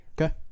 Okay